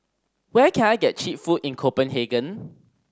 where can I get cheap food in Copenhagen